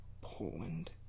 Poland